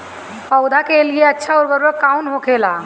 पौधा के लिए अच्छा उर्वरक कउन होखेला?